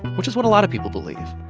which is what a lot of people believe.